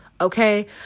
okay